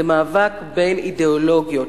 זה מאבק בין אידיאולוגיות.